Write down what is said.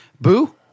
Boo